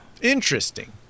Interesting